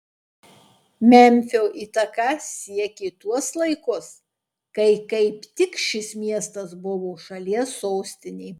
memfio įtaka siekė tuos laikus kai kaip tik šis miestas buvo šalies sostinė